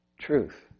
truth